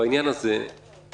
שבעניין הזה בסוף,